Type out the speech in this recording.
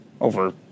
over